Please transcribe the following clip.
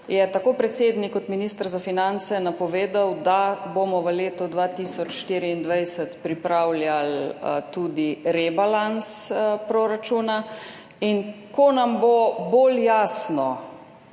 sta tako predsednik kot minister za finance napovedala, da bomo v letu 2024 pripravljali tudi rebalans proračuna. Ko nam bo bolj jasno,